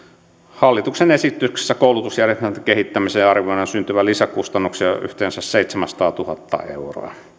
hallituksen esityksessä koulutusjärjestelmän kehittämisessä arvioidaan syntyvän lisäkustannuksia yhteensä seitsemänsataatuhatta euroa